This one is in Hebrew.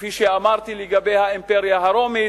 כפי שאמרתי לגבי האימפריה הרומית,